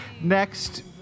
next